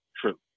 true